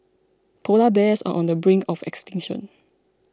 Polar Bears are on the brink of extinction